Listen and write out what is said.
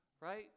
right